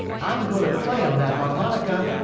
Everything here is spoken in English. i'm going to play on that harmonica!